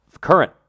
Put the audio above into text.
current